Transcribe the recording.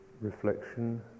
reflection